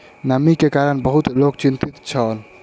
नमी के कारण बहुत लोक चिंतित छल